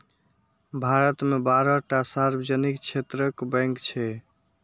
भारत मे बारह टा सार्वजनिक क्षेत्रक बैंक छै